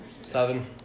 seven